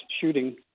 shooting